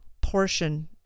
portion